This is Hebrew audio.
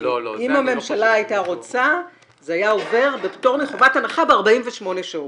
אם הממשלה היתה רוצה זה היה עובר בפטור מחובת הנחה ב-48 שעות.